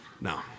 No